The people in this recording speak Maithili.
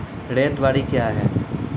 रैयत बाड़ी क्या हैं?